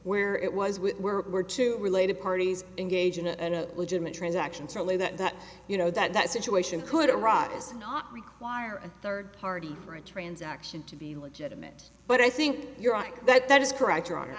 where it was with were two related parties engaged in a legitimate transaction certainly that you know that situation could arise not require a third party for a transaction to be legitimate but i think you're right that that is correct or on